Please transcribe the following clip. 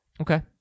Okay